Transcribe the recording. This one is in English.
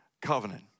Covenant